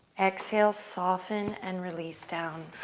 exhale, soften and release down.